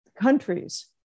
countries